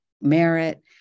merit